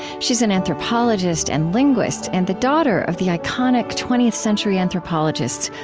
she's an anthropologist and linguist and the daughter of the iconic twentieth century anthropologists,